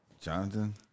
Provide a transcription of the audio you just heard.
Jonathan